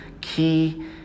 key